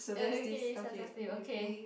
uh okay you suggest me okay